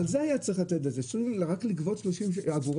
על זה היה צריך -- רק לגבות 30 אגורות?